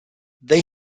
they